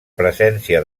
presència